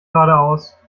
geradeaus